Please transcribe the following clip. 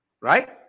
right